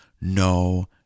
no